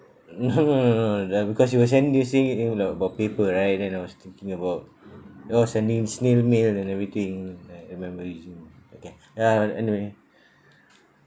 no no no no that because you were about paper right then I was thinking about I was sending snail mail and everything like in memories you know okay uh anyway